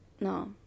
no